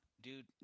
dude